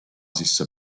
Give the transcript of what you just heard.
sisse